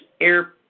Air